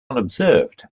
unobserved